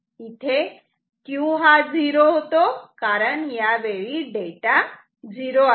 इथे Q हा 0 होतो कारण यावेळी हा डेटा 0 आहे